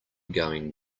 going